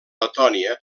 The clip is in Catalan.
letònia